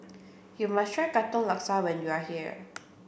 you must try Katong Laksa when you are here